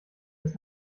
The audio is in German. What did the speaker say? bis